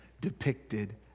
depicted